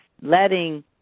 letting